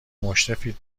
مشرفید